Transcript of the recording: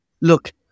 look